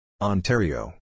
Ontario